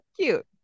cute